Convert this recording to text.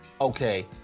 okay